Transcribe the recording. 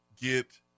get